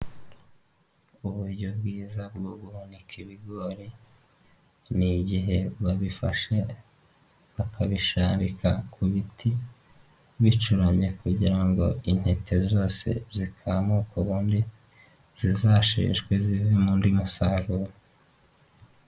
Uburyo bwiza bwo guhunika ibigori, ni igihe babifashe bakabisharika ku biti bicuramye kugira ngo intete zose zikamuke. Ubundi zizasheshwe zivemo undi musaruro.